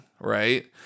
Right